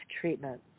treatment